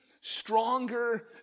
stronger